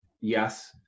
yes